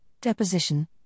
deposition